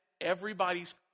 everybody's